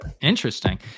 Interesting